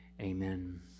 Amen